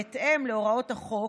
בהתאם להוראת החוק,